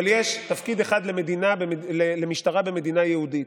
אבל יש תפקיד אחד למשטרה במדינה יהודית,